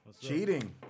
cheating